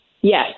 Yes